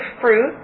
fruit